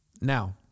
Now